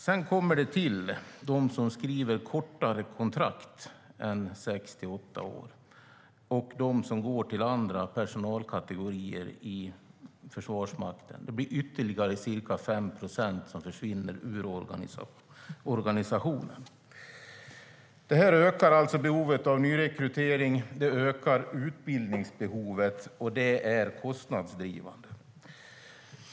Sedan tillkommer de som skriver kortare kontrakt än sex till åtta år och de som går till andra personalkategorier i Försvarsmakten. Det är ytterligare ca 5 procent som försvinner ur organisationen. Detta ökar alltså behovet av nyrekrytering. Det ökar utbildningsbehovet, och det är kostnadsdrivande.